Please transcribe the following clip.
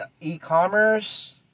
e-commerce